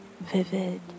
vivid